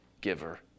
giver